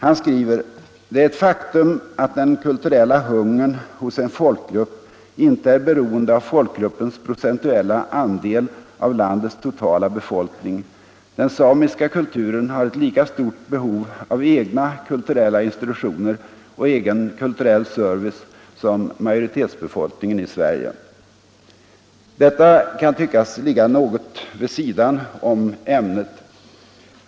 Han skriver: ”Det är ett faktum att den kulturella hungern hos en folkgrupp inte är beroende av folkgruppens procentuella andel av landets totala befolkning. Den samiska kulturen har ett lika stort behov av egna kulturella institutioner och egen kulturell service som majoritetsbefolkningen i Sverige.” Detta kan tyckas ligga något vid sidan om ämnet.